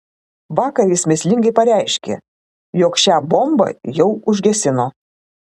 vakar jis mįslingai pareiškė jog šią bombą jau užgesino